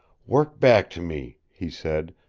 work back to me, he said,